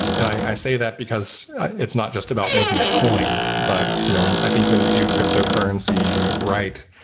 and i say that because it's not just about making a coin, but you know and i think when you do crypto currency right,